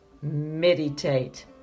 meditate